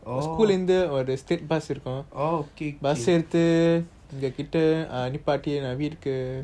oh cool linda or the state basketball okay beside the executor a new party you know read